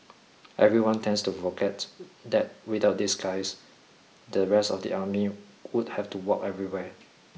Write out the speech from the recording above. everyone tends to forget that without these guys the rest of the army would have to walk everywhere